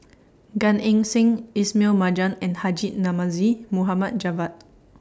Gan Eng Seng Ismail Marjan and Haji Namazie Mohd Javad